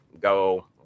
go